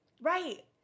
Right